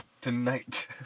Tonight